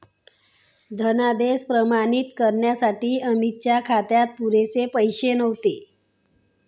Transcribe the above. धनादेश प्रमाणित करण्यासाठी अमितच्या खात्यात पुरेसे पैसे नव्हते